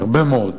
הרבה מאוד,